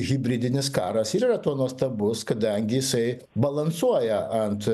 hibridinis karas ir yra tuo nuostabus kadangi jisai balansuoja ant